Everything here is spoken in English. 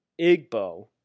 Igbo